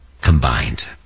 combined